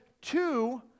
two